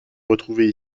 retrouver